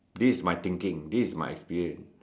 this is my thinking this is my experience